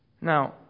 Now